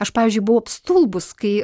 aš pavyzdžiui buvau apstulbus kai